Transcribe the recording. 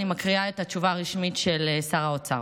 אני מקריאה את התשובה הרשמית של שר האוצר.